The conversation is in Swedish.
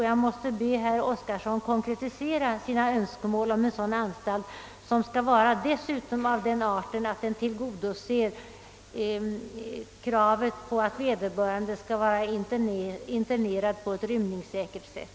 Jag måste be herr Oskarson konkretisera sina önskemål om en sådan anstalt, som dessutom skall vara av den arten att den tillgodoser kravet på att vederbörande skall vara internerad på ett rymningssäkert sätt.